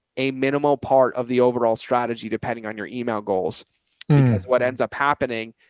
a minimal part of the overall strategy, depending on your email goals, because what ends up happening.